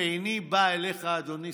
ואיני בא אליך בטענות,